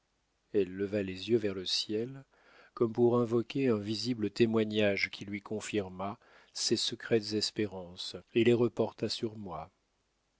elle leva les yeux vers le ciel comme pour invoquer un visible témoignage qui lui confirmât ses secrètes espérances et les reporta sur moi